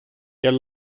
their